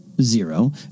zero